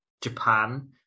Japan